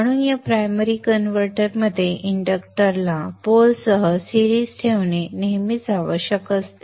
म्हणून या primary converter मध्ये इंडक्टरला पोलसह सिरीज ठेवणे नेहमीच आवश्यक असते